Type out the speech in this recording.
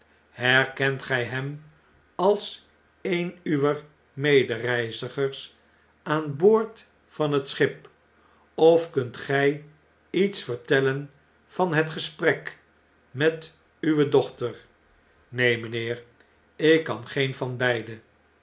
herkent gij hem als een uwer medereizigers aan boord van het schip of kunt gij iets vertellen van het gesprek met uwe dochter neen mn'nheer ik kan geen van beide